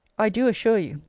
i do assure you,